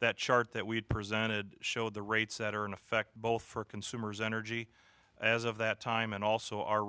that chart that we had presented showed the rates that are in effect both for consumers energy as of that time and also our